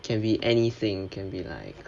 can be anything can be like